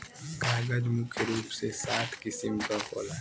कागज मुख्य रूप से सात किसिम क होला